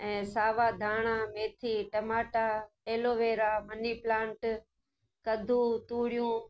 ऐं सावा धाणा मैथी टमाटा एलोवेरा मनी प्लांट कदू तूरियूं